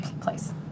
place